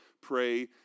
pray